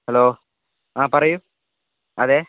hello ആ പറയു അതെ